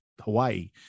Hawaii